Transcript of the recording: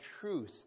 truth